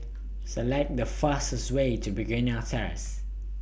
Select The fastest Way to Begonia Terrace